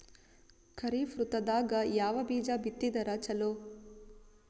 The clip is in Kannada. ಖರೀಫ್ ಋತದಾಗ ಯಾವ ಬೀಜ ಬಿತ್ತದರ ಚಲೋ?